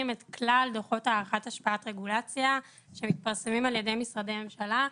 את כלל דוחות הערכת השפעת רגולציה שמתפרסמים על ידי משרדי ממשלה.